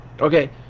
Okay